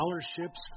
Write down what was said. scholarships